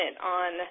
on